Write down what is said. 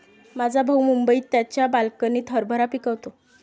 माझा भाऊ मुंबईत त्याच्या बाल्कनीत हरभरा पिकवतो